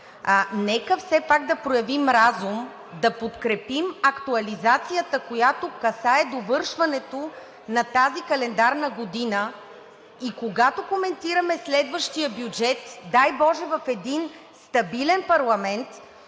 нека все пак да проявим разум да подкрепим актуализацията, която касае довършването на тази календарна година и когато коментираме следващия бюджет, дай боже, в един стабилен парламент,